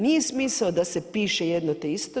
Nije smisao da se piše jedno te isto.